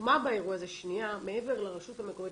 והחוכמה באירוע הזה, מעבר לרשות המקומית.